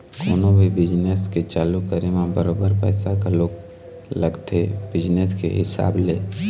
कोनो भी बिजनेस के चालू करे म बरोबर पइसा घलोक लगथे बिजनेस के हिसाब ले